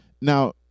Now